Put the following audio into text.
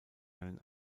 einen